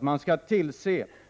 Man skall se till